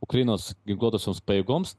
ukrainos ginkluotosioms pajėgoms